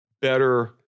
better